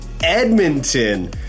edmonton